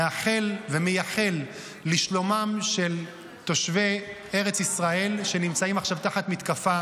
מאחל ומייחל לשלומם של תושבי ארץ ישראל שנמצאים עכשיו תחת מתקפה